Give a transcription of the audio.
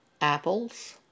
apples